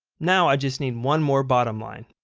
now, i just need one more bottom line,